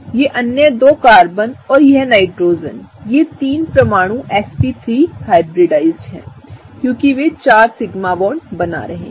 ये अन्य 2 कार्बन और यह नाइट्रोजन ये तीन परमाणुsp3हाइब्रिडाइज्ड हैं क्योंकि वे 4 सिग्मा बॉन्ड बना रहे हैं